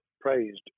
praised